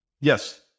yes